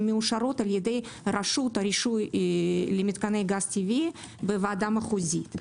מאושרות על ידי רשות הרישוי למתקני גז טבעי בוועדה מחוזית.